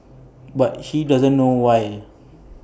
but he doesn't know why